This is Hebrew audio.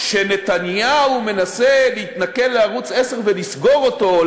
שנתניהו מנסה להתנכל לערוץ 10 ולסגור אותו,